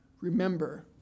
Remember